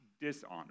dishonor